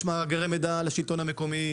יש מאגרי מידע לשלטון המקומי,